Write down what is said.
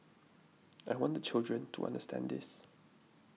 I want the children to understand this